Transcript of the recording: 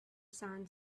son